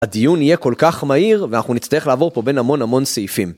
הדיון יהיה כל כך מהיר ואנחנו נצטרך לעבור פה בין המון המון סעיפים.